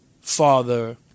father